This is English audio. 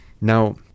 now